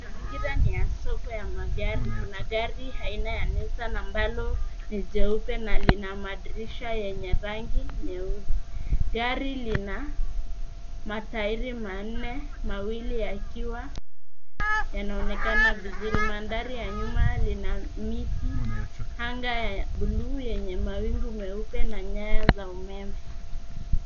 Maingira ni ya soko ya magari kuna gari aina ya nissan ambalo ni jeupe na lina madirisha yenye rangi nyeusi, gari lina matairi manne mawili yakiwa yanaonekana vizuri mandhari ya nyuma lina miti anga ya buluu yenye mawingu meupe na nyayo za umeme.